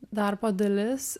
darbo dalis